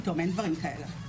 אין דברים כאלה.